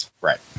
right